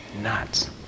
nuts